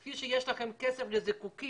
כפי שיש לכם כסף לזיקוקים